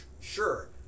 Sure